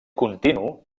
continu